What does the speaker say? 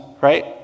right